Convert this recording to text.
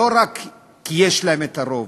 לא רק כי יש להם הרוב,